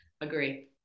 Agree